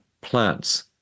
plants